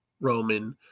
Roman